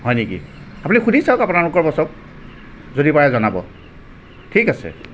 হয় নেকি আপুনি সুধি চাওক আপোনালোকৰ বছক যদি পাৰে জনাব ঠিক আছে